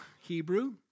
Hebrew